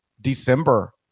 December